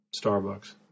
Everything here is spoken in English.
Starbucks